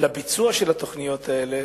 לביצוע של התוכניות האלה